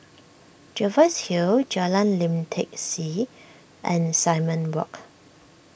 Jervois Hill Jalan Lim Tai See and Simon Walk